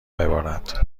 ببارد